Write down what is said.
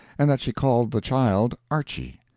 and that she called the child archy.